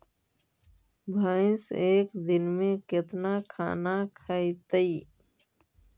भैंस एक दिन में केतना खाना खैतई?